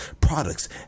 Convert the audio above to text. products